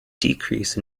decrease